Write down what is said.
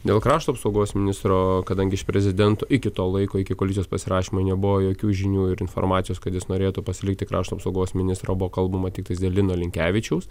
dėl krašto apsaugos ministro kadangi iš prezidento iki to laiko iki koalicijos pasirašymo nebuvo jokių žinių ir informacijos kad jis norėtų pasilikti krašto apsaugos ministro buvo kalbama tiktais dėl lino linkevičiaus